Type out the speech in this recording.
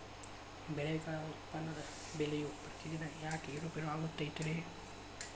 ಬೆಳೆಗಳ ಉತ್ಪನ್ನದ ಬೆಲೆಯು ಪ್ರತಿದಿನ ಯಾಕ ಏರು ಪೇರು ಆಗುತ್ತೈತರೇ?